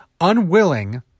unwilling